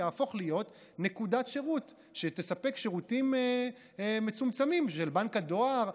יהפוך להיות נקודת שירות שתספק שירותים מצומצמים של בנק הדואר,